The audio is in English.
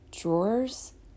drawers